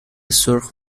سرخ